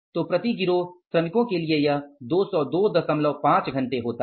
तो प्रति गिरोह श्रमिक के लिए यह 2025 घंटे होता है